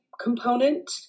component